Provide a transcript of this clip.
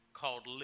called